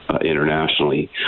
internationally